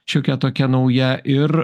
šiokia tokia nauja ir